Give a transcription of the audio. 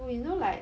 well you know like